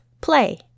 play